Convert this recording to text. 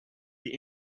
the